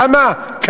למה?